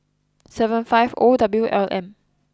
seven five O W L M